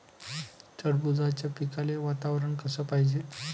टरबूजाच्या पिकाले वातावरन कस पायजे?